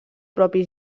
propi